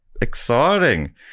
exciting